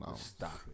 Stop